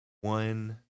one